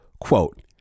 Quote